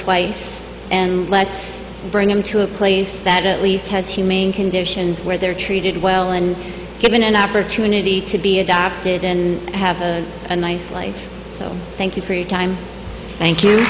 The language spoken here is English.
twice and let's bring them to a place that at least has humane conditions where they are treated well and given an opportunity to be adopted and have a nice life so thank you for your time thank you